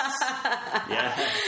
Yes